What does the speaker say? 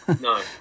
no